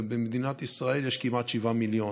ובמדינת ישראל יש כמעט 7 מיליון.